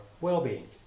well-being